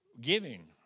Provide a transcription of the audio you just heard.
giving